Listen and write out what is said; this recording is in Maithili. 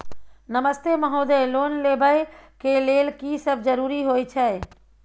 नमस्ते महोदय, लोन लेबै के लेल की सब जरुरी होय छै?